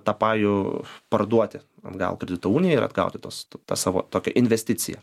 tą pajų parduoti atgal kredito unijai ir atgauti tuos tą savo tokią investiciją